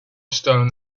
stone